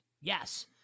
Yes